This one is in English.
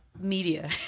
media